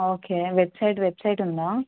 okay website website ఉందా